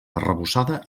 arrebossada